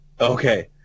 okay